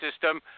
system